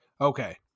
Okay